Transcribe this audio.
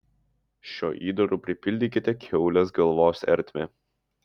šiuo įdaru pripildykite kiaulės galvos ertmę